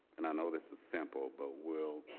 and i know this is simple, but will